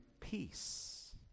peace